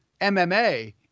MMA